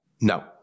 No